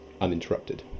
uninterrupted